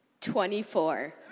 Twenty-four